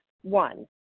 one